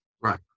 Right